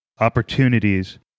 opportunities